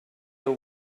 the